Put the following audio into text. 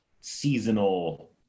seasonal